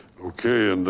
okay. and